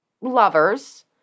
lovers